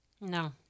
No